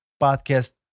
podcast